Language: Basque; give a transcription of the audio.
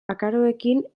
akaroekin